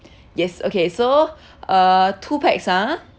yes okay so uh two pax ah